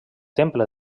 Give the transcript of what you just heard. temple